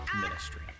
ministry